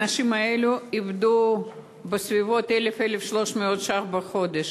האנשים האלה איבדו 1,000 1,300 ש"ח בחודש.